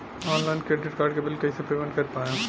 Online credit card के bill कइसे payment कर पाएम?